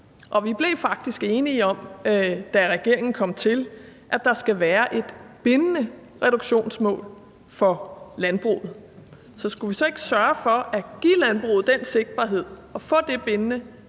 Vi blev faktisk enige om, da regeringen kom til, at der skal være et bindende reduktionsmål for landbruget. Så skulle vi så ikke sørge for at give landbruget den sigtbarhed og få det bindende reduktionsmål